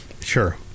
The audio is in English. Sure